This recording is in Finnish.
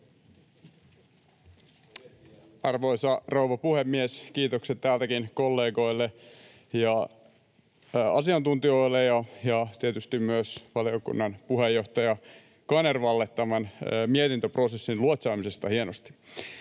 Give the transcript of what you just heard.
Arvoisa rouva puhemies! Kiitokset täältäkin kollegoille ja asiantuntijoille ja tietysti myös valiokunnan puheenjohtaja Kanervalle tämän mietintöprosessin luotsaamisesta hienosti.